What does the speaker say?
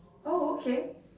oh okay